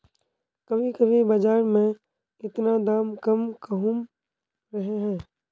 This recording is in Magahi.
कभी कभी बाजार में इतना दाम कम कहुम रहे है?